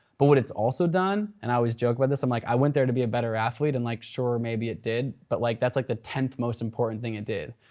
but what it's also done and i always joke about this. um like i went there to be better athlete and like sure maybe it did, but like that's like the tenth most important thing it did.